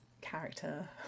character